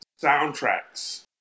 soundtracks